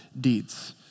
deeds